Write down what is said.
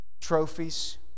trophies